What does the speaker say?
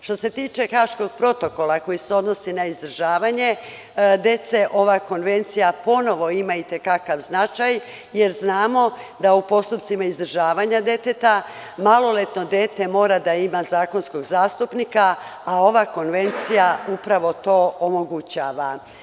Što se tiče Haškog protokola koji se odnosi na izdržavanje dece, ova konvencija ponovo ima itekakav značaj, jer znamo da u postupcima izdržavanja deteta, maloletno dete mora da ima zakonskog zastupnika a ova konvencija upravo to omogućava.